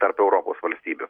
tarp europos valstybių